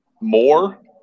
more